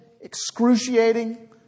excruciating